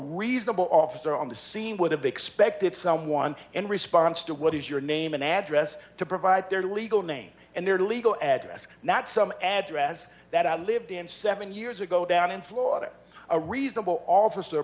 reasonable officer on the scene with a big spect if someone in response to what is your name an address to provide their legal name and their legal address and that some address that i lived in seven years ago down in florida a reasonable officer